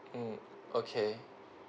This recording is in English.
mm okay